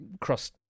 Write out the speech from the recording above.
cross